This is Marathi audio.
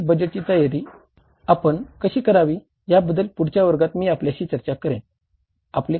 लवचिक बजेटची तैयारी आपण कशी करावी ह्याबद्दल पुढच्या वर्गात मी आपल्याशी चर्चा करेन